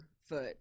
foot